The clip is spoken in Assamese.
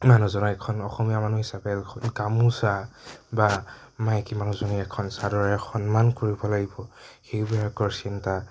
মানুহজনক এখন অসমীয়া মানুহ হিচাপে এখন গামোচা মাইকী বা মানুহজনীক এখন চাদৰেৰে সন্মান কৰিব লাগিব সেইবিলাকৰ চিন্তা